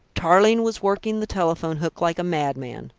tarling was working the telephone hook like a madman.